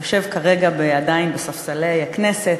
היושב כרגע עדיין על ספסלי הכנסת,